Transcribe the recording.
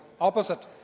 opposite